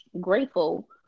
grateful